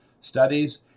studies